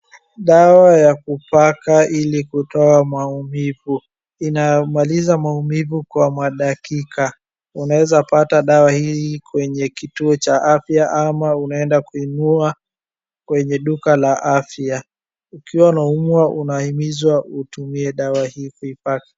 Dawa ya kupaka ili kutoa maumivu ,inamaliza maumivu kwa madakika ,unaeza pata dawa hii kwenye kituo cha afya ama unaenda kununua kwenye duka la afya. Ukiwa unaumwa unahimizwa utumie dawa hii kuipaka.